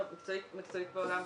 לא, מקצועית בעולם